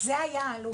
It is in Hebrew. זה היה העלות,